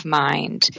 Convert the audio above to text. mind